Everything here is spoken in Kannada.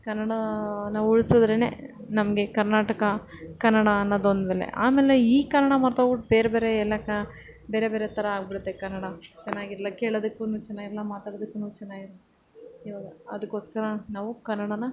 ಕನ್ನಡಾನ ಉಳಿಸಿದ್ರೇನೆ ನಮಗೆ ಕರ್ನಾಟಕ ಕನ್ನಡ ಅನ್ನೋದೊಂದು ಬೆಲೆ ಆಮೇಲೆ ಈ ಕನ್ನಡ ಮರ್ತೋಗ್ಬಿಟ್ಟು ಬೇರೆಬೇರೆ ಎಲ್ಲ ಕ ಬೇರೆ ಬೇರೆ ಥರ ಆಗ್ಬಿಡುತ್ತೆ ಕನ್ನಡ ಚೆನ್ನಾಗಿರಲ್ಲ ಕೇಳೋದಕ್ಕೂ ಚೆನ್ನಾಗಿರಲ್ಲ ಮಾತಾಡೋದಕ್ಕೂ ಚೆನ್ನಾಗಿರಲ್ಲ ಇವಾಗ ಅದಕ್ಕೋಸ್ಕರ ನಾವು ಕನ್ನಡಾನ